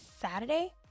Saturday